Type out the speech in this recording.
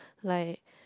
like